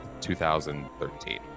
2013